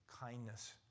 kindness